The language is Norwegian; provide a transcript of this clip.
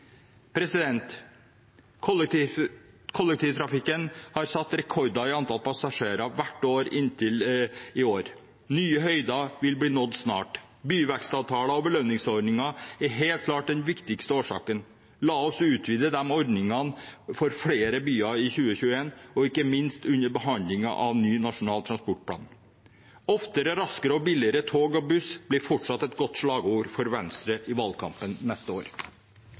Kollektivtrafikken har satt rekorder i antall passasjerer hvert år inntil i år. Nye høyder vil bli nådd snart. Byvekstavtaler og belønningsordninger er helt klart den viktigste årsaken. La oss utvide disse ordningene for flere byer i 2021 og ikke minst under behandlingen av ny nasjonal transportplan. Oftere, raskere og billigere tog og buss blir fortsatt et godt slagord for Venstre i valgkampen neste år.